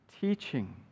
teaching